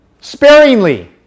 Sparingly